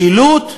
משילות,